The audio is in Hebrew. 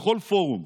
בכל פורום.